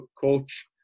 coach